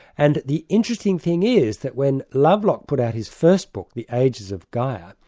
and the interesting thing is that when lovelock put out his first book the ages of gaia,